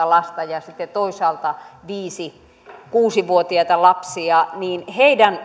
lasta ja sitten toisaalta viisi viiva kuusi vuotiaita lapsia niin heidän